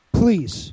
please